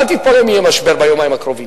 תתפלאו אם יהיה משבר ביומיים הקרובים,